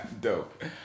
Dope